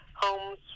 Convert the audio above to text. Homes